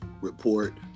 report